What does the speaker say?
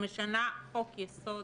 שמשנה חוק יסוד